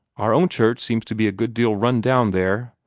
our own church seems to be a good deal run down there.